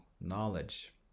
knowledge